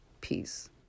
peace